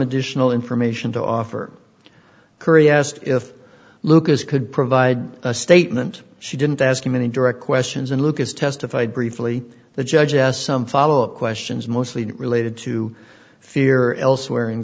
additional information to offer curry asked if lucas could provide a statement she didn't ask him any direct questions and lucas testified briefly the judge asked some follow up questions mostly related to fear elsewhere in